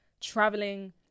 traveling